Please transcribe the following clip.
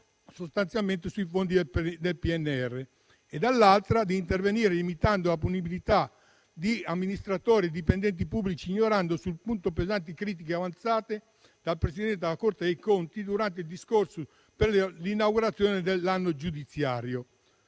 controllo sui fondi del PNRR e, dall'altra, di intervenire limitando la punibilità di amministratori e dipendenti pubblici, ignorando pesanti critiche avanzate sul punto dal Presidente della Corte dei Conti durante il discorso per l'inaugurazione dell'anno giudiziario.